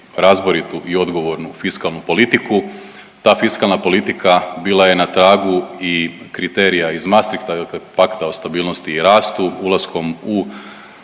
razboritu i odgovornu fiskalnu politiku. Ta fiskalna politika bila je na tragu i kriterija iz Maastrichta dakle Pakta o stabilnosti i rastu, ulaskom u